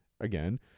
again